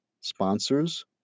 sponsors